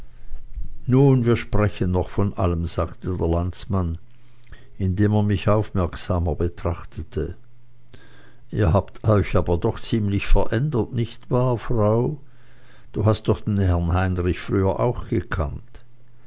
nun wir sprechen noch von allem sagte der landsmann indem er mich aufmerksamer betrachtete ihr habt euch aber doch ziemlich verändert nicht wahr frau du hast doch den herrn heinrich früher auch gekannt